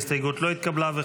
ההסתייגות לא התקבלה.